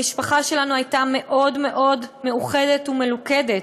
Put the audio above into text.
המשפחה שלנו הייתה מאוד מאוד מאוחדת ומלוכדת,